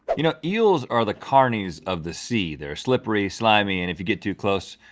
you know eels are the carnies of the sea, they're slippery, slimy, and if you get too close,